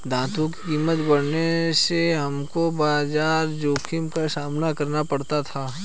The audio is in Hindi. धातुओं की कीमत बढ़ने से हमको बाजार जोखिम का सामना करना पड़ा था